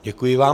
Děkuji vám.